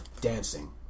dancing